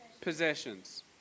possessions